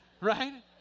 Right